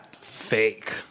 Fake